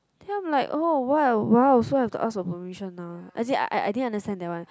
then I am like oh !wow! !wow! so I have to ask for permission now as in I I didn't understand that one